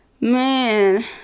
man